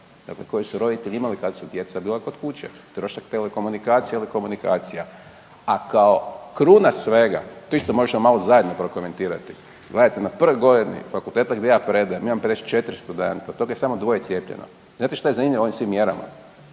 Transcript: dakle koji su roditelji imali kada su djeca bila kod kuće. Trošak telekomunikacija ili komunikacija. A kao kruna svega, to isto možemo malo zajedno prokomentirati. Gledajte na prvoj godini fakulteta gdje ja predajem imam 54 studenta od toga je samo dvoje cijepljeno, znate šta je zanimljivo u ovim svim mjerama,